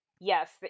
yes